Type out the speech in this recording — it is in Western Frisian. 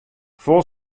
fol